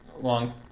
long